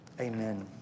Amen